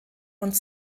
und